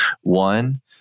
One